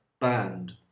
banned